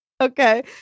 Okay